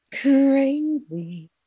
Crazy